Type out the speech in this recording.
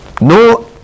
no